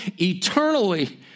eternally